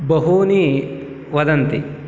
बहूनि वदन्ति